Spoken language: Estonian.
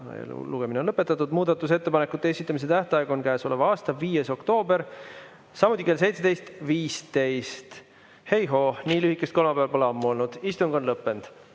Lugemine on lõpetatud. Muudatusettepanekute esitamise tähtaeg on käesoleva aasta 5. oktoober kell 17.15. Hei‑hoo, nii lühikest kolmapäeva pole ammu olnud. Istung on lõppenud.